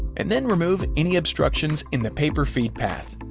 and then remove any obstructions in the paper feed path.